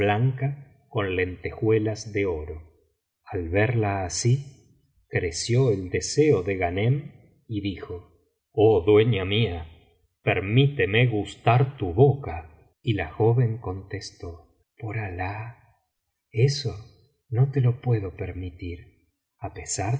con lentejuelas de oro al verla así creció el deseo de ghanem y dijo gh dueña mía permíteme gustar tu boca y la joven contestó por alah eso no te lo puedo permitir á pesar